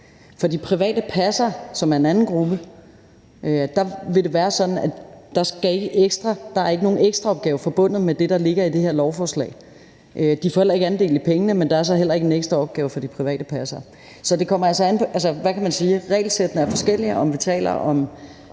For de private passere, som er en anden gruppe, vil det være sådan, at der ikke er nogen ekstraopgave forbundet med det, der ligger i det her lovforslag. De får ikke andel i pengene, men der er så heller ikke en ekstra opgave for de private passere. Så regelsættene er forskellige, alt efter om